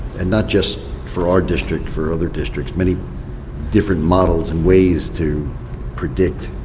and not just for our district, for other districts, many different models and ways to predict